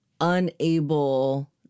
unable